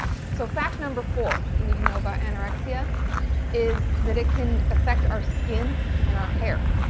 so fact number four that you need to know about anorexia is that it can affect our skin and our hair.